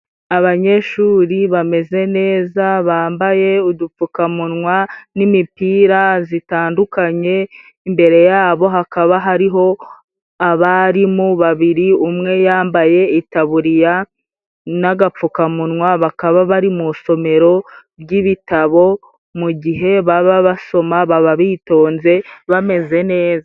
Abanyeshuri bameze neza，bambaye udupfukamunwa n'imipira zitandukanye， imbere yabo hakaba hariho abarimu babiri， umwe yambaye itaburiya n'agapfukamunwa，bakaba bari mu isomero ry'ibitabo， mu gihe baba basoma baba bitonze bameze neza.